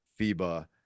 FIBA